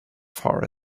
far